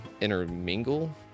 intermingle